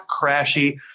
crashy